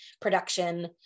production